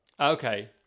okay